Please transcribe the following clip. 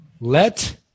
let